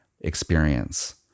experience